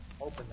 Open